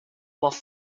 moth